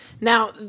now